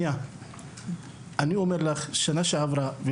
גם בשנה שעברה הן